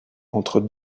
entre